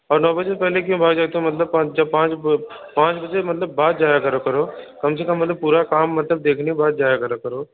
और नौ बजे से पहले क्यूँ आ जाते हो पाँच जब पाँच पाँच बजे मतलब बाद जाया करो कम से कम मलतब पूरा काम देखने के बाद जाया करा करो